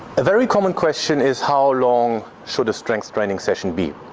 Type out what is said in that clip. a very common question is how long should the strength training session be?